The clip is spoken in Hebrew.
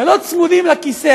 ולא צמודים לכיסא.